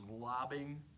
lobbing